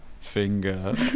finger